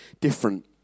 different